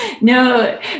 No